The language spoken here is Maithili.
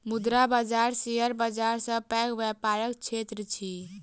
मुद्रा बाजार शेयर बाजार सॅ पैघ व्यापारक क्षेत्र अछि